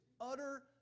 utter